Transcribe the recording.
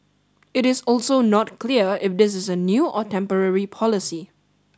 it is also not clear if this is a new or temporary policy